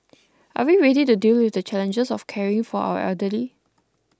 are we ready to deal with the challenges of caring for our elderly